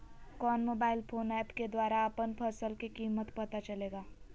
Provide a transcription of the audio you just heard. कौन mobile phone app के द्वारा अपन फसल के कीमत पता चलेगा?